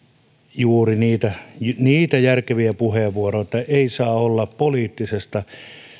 juuri niitä niitä järkeviä puheenvuoroja että tämä ei saa olla poliittisesta